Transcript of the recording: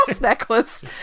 necklace